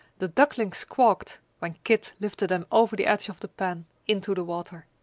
the ducklings squawked when kit lifted them over the edge of the pan into the water.